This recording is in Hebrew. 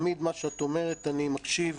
תמיד מה שאת אומרת אני מקשיב,